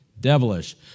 devilish